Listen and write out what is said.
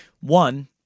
One